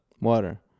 Water